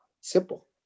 simple